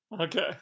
Okay